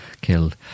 killed